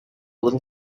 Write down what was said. little